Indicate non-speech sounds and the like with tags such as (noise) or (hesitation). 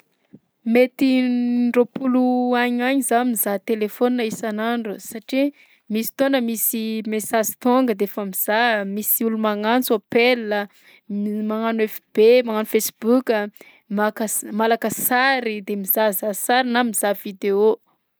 Mety in- (hesitation) roapolo agny ho agny zaho mizaha telefaonina isagn'andro satria misy fotoana misy messazy tonga de efa mizaha, misy olo magnantso appel, m- magnano FB mangano facebook, maka s- malaka sary de mizahazaha sary na mizaha vidéo.